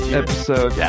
episode